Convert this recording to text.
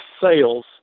sales